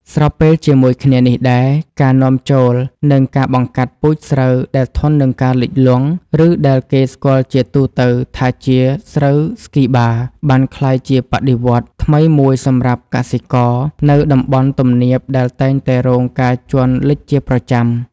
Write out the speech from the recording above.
ស្របពេលជាមួយគ្នានេះដែរ ការនាំចូល និងការបង្កាត់ពូជស្រូវដែលធន់នឹងការលិចលង់ ឬដែលគេស្គាល់ជាទូទៅថាជា ស្រូវស្គីបា បានក្លាយជាបដិវត្តន៍ថ្មីមួយសម្រាប់កសិករនៅតំបន់ទំនាបដែលតែងតែរងការជន់លិចជាប្រចាំ។